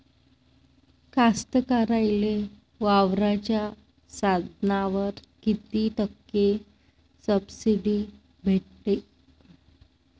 कास्तकाराइले वावराच्या साधनावर कीती टक्के सब्सिडी भेटते?